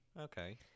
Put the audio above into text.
Okay